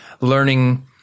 learning